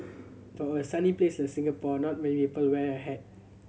for a sunny place like Singapore not many people wear a hat